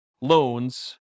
loans